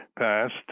passed